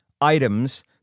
items